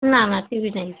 না না T V নেই